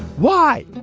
why?